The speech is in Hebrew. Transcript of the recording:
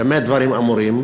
במה דברים אמורים?